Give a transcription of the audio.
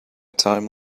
time